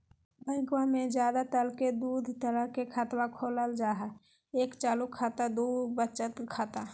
बैंकवा मे ज्यादा तर के दूध तरह के खातवा खोलल जाय हई एक चालू खाता दू वचत खाता